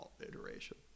iteration